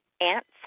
Ants